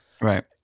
Right